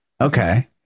Okay